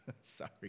Sorry